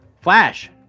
Flash